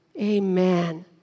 Amen